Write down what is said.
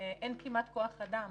אין כמעט כוח-אדם.